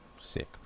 Sick